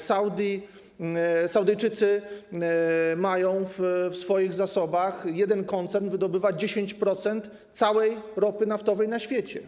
Saudyjczycy mają w swoich zasobach jeden koncern, który wydobywa 10% całej ropy naftowej na świecie.